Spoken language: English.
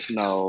no